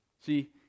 See